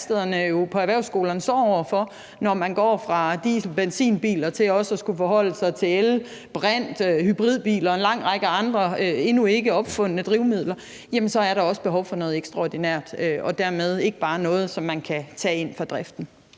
værkstederne på erhvervsskolerne står over for, når man går fra diesel- og benzinbiler til også at skulle forholde sig til el-, brint- og hybridbiler og en lang række andre endnu ikke opfundne drivmidler, så er der også behov for noget ekstraordinært og dermed ikke bare noget, som man kan tage ind fra driften.